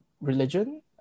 religion